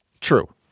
true